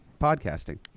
podcasting